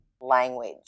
language